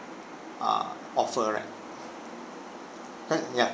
uh offer right cause ya